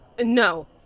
no